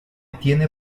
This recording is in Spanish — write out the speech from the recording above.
tiene